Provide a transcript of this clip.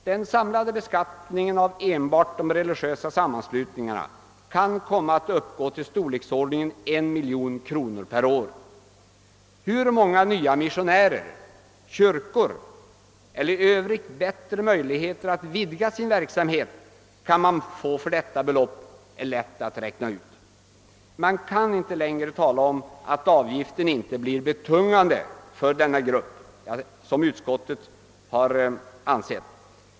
Den samlade beskattningen av enbart de religiösa sammanslutningarna kan komma att uppgå till en miljon kronor per år. Hur många nya missionärer, kyrkor eller vilka möjligheter att vidga sin verksamhet i övrigt man kunde åstadkomma för detta belopp är lätt att räkna ut. Man kan inte längre tala om att avgiften inte är betungande för denna grupp, såsom utskottet anser.